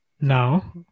now